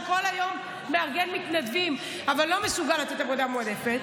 שכל היום מארגן מתנדבים אבל לא מסוגל לתת עבודה מועדפת.